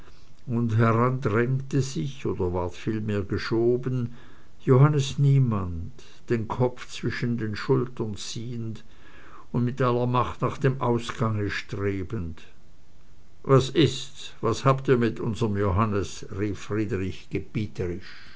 und heran drängte sich oder vielmehr ward geschoben johannes niemand den kopf zwischen die schultern ziehend und mit aller macht nach dem ausgange strebend was ist's was habt ihr mit unserem johannes rief